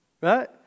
right